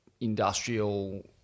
industrial